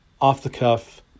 off-the-cuff